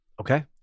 okay